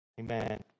amen